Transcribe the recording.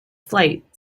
flight